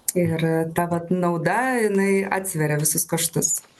ir ta vat nauda jinai atsveria visus kaštus